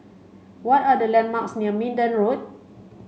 what are the landmarks near Minden Road